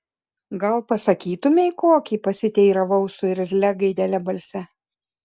gal pasakytumei kokį pasiteiravau su irzlia gaidele balse